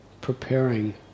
preparing